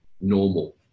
normal